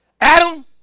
Adam